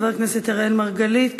חבר הכנסת אראל מרגלית,